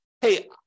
hey